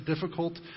difficult